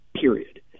period